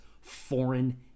foreign